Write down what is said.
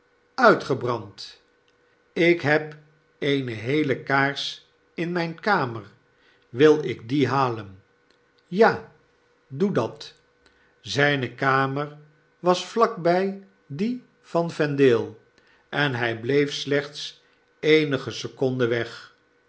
uitgebrand ik neb eene heele kaars in myne kamer wil ik die halen ja doe dat zyne kamer was vlak by die van vendale en hy bleef slechts eenige seconden weg